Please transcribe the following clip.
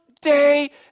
day